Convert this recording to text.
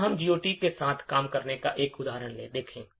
आइए हम GOT के साथ काम करने का एक उदाहरण देखें